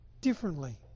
differently